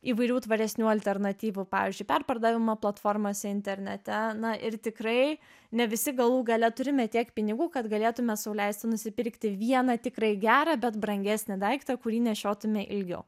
įvairių tvaresnių alternatyvų pavyzdžiui perpardavimo platformose internete na ir tikrai ne visi galų gale turime tiek pinigų kad galėtume sau leisti nusipirkti vieną tikrai gerą bet brangesnį daiktą kurį nešiotume ilgiau